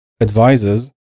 advises